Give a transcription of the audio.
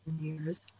years